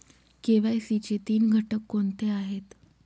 KYC चे तीन घटक कोणते आहेत?